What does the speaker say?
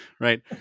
right